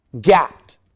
gapped